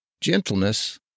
gentleness